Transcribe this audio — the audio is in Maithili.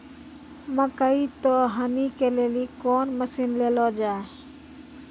मकई तो हनी के लिए कौन मसीन ले लो जाए?